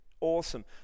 awesome